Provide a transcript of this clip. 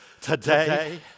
today